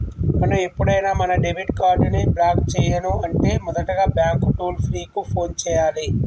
మనం ఎప్పుడైనా మన డెబిట్ కార్డ్ ని బ్లాక్ చేయను అంటే మొదటగా బ్యాంకు టోల్ ఫ్రీ కు ఫోన్ చేయాలి